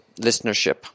listenership